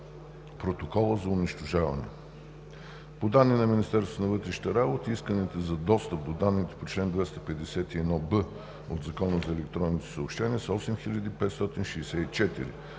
протокола за унищожаване. По данни на Министерството на вътрешните работи исканията за достъп до данните по чл. 251б от Закона за електронните съобщения са 8564,